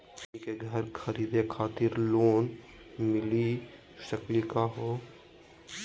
हमनी के घर खरीदै खातिर लोन मिली सकली का हो?